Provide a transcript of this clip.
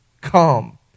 come